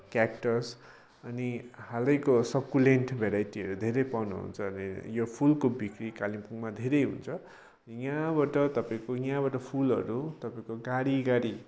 cactus अनि हालैको succulent भेराइटिहरू धेरै पाउनुहुन्छ अनि यो फुलको बिक्री कालिम्पोङमा धेरै हुन्छ यहाँबाट तपाईँको यहाँबाट फुलहरू तपाईँको गाडी गाडी